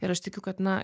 ir aš tikiu kad na